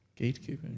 Gatekeeping